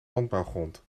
landbouwgrond